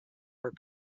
her